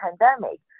pandemic